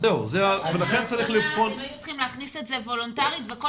הם היו צריכים להכניס את זה וולנטרית וכל